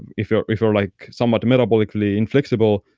and if you're if you're like somewhat metabolically inflexible,